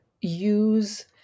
use